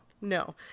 no